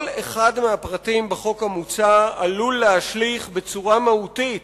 כל אחד מהפרטים בחוק המוצע עלול להשליך בצורה מהותית